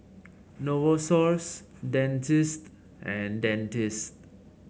Novosource Dentiste and Dentiste